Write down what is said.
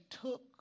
took